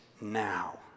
now